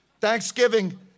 Thanksgiving